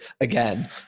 again